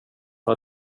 för